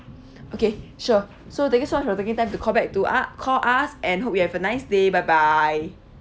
okay sure so thank you so much for taking time to back to us~ call us and hope you have a nice day bye bye